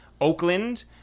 Oakland